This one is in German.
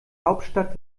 hauptstadt